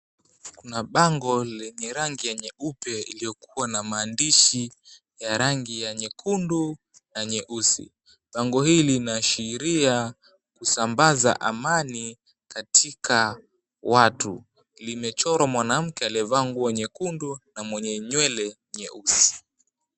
Kuna bango lenye rangi ya nyeupe iliyokuwa na maandishi ya rangi ya nyekundu na nyeusi. Bango hili linaashiria kusambaza amani katika watu. Limechorwa mwanamke aliyevaa nguo nyekundu na mwenye nywele nyeusi.